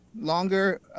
longer